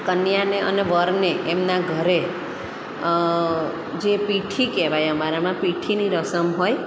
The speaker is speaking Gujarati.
કન્યાને અને વરને એમનાં ઘરે જે પીઠી કહેવાય અમારામાં પીઠીની રસમ હોય